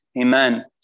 Amen